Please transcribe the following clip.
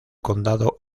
condado